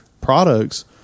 products